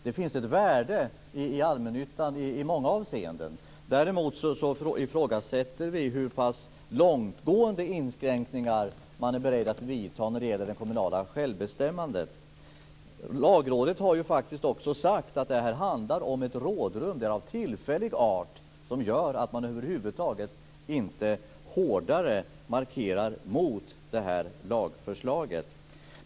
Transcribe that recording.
Det finns ett värde i allmännyttan i många avseenden. Däremot ifrågasätter vi hur pass långtgående inskränkningar man är beredd att vidta när det gäller det kommunala självbestämmandet. Lagrådet har också sagt att det här handlar om ett rådrum. Det är att detta är av tillfällig art som gör att man över huvud taget inte markerar hårdare mot det här lagförslaget.